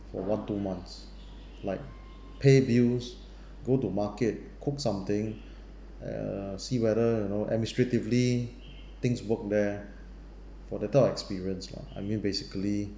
for one two months like pay bills go to market cook something uh see whether you know administratively things work there for that type of experience lah I mean basically